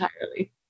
entirely